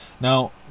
Now